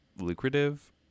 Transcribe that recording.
lucrative